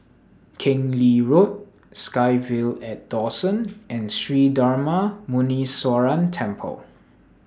Keng Lee Road SkyVille At Dawson and Sri Darma Muneeswaran Temple